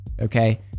okay